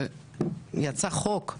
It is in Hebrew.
שיצא חוק,